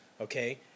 okay